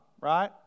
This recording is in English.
right